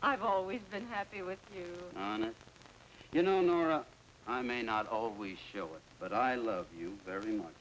i've always been happy with you on it you know norah i may not always show it but i love you very much